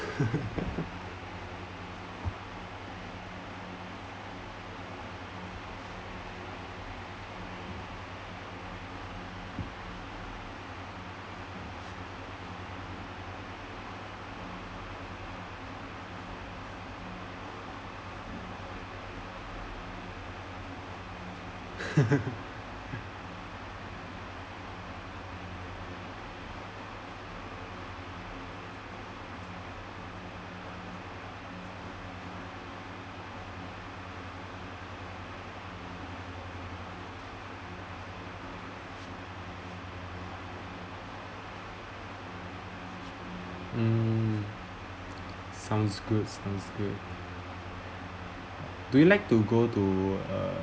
um sounds good sounds good do you like to go to a